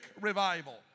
revival